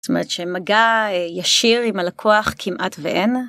זאת אומרת שמגע ישיר עם הלקוח כמעט ואין.